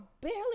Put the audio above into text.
barely